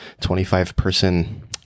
25-person